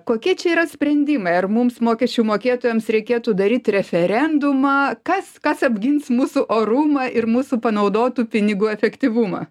kokie čia yra sprendimai ar mums mokesčių mokėtojams reikėtų daryt referendumą kas kas apgins mūsų orumą ir mūsų panaudotų pinigų efektyvumą